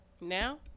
Now